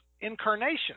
incarnation